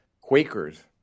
Quakers